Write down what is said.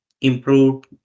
improved